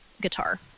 guitar